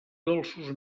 dolços